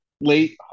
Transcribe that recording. late